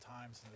times